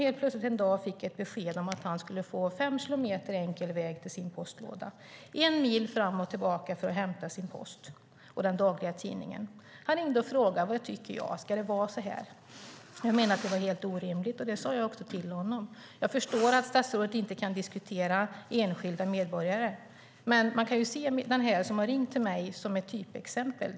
Helt plötsligt fick han en dag ett besked om att han skulle få fem kilometer enkel väg till sin postlåda - en mil fram och tillbaka för att hämta sin post och den dagliga tidningen. Han ringde och frågade vad jag tyckte. Ska det vara så här? Jag menade att det var helt orimligt. Det sade jag också till honom. Jag förstår att statsrådet inte kan diskutera enskilda medborgare, men man kan ju se den person som har ringt till mig som ett typexempel.